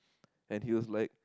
and he was like